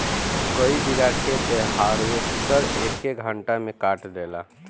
कई बिगहा खेत हार्वेस्टर एके घंटा में काट देला